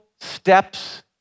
steps